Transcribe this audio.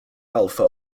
alpha